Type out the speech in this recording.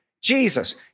Jesus